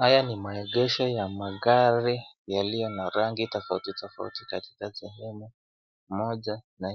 Haya ni maegesho ya gari iliyo na rangi tofauti tofauti na